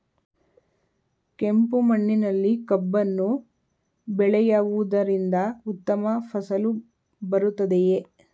ಕೆಂಪು ಮಣ್ಣಿನಲ್ಲಿ ಕಬ್ಬನ್ನು ಬೆಳೆಯವುದರಿಂದ ಉತ್ತಮ ಫಸಲು ಬರುತ್ತದೆಯೇ?